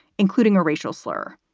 including a racial slur.